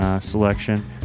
selection